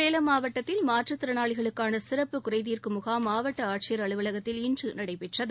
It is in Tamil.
சேலம் மாவட்டத்தில் மாற்றுத் திறனாளிகளுக்கான சிறப்பு குறைதீர்க்கும் முகாம் மாவட்ட ஆட்சியர் அலுவலகத்தில் இன்று நடைபெற்றது